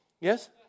Yes